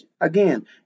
again